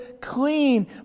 clean